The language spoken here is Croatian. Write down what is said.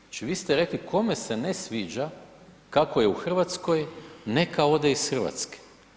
Znači, vi ste rekli kome se ne sviđa kako je u Hrvatskoj neka ode iz Hrvatske.